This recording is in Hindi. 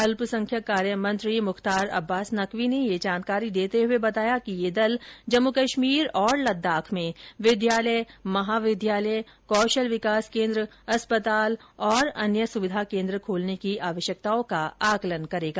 अल्पसंख्यक कार्य मंत्री मुख्तार अब्बास नकवी ने यह जानकारी देते हुए बताया कि यह दल जम्मू कश्मीर और लद्दाख में विद्यालय महाविद्यालय कौशल विकास केन्द्र अस्पताल और अन्य सुविधा केन्द्र खोलने की आवश्यकताओं का आकलन करेगा